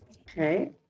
Okay